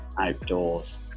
outdoors